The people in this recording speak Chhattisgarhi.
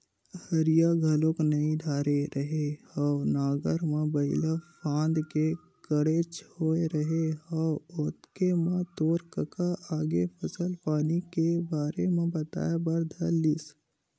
हरिया घलोक नइ धरे रेहे हँव नांगर म बइला फांद के खड़ेच होय रेहे हँव ओतके म तोर कका आगे फसल पानी के बारे म बताए बर धर लिस